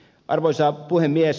arvoisa puhemies